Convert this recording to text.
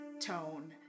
tone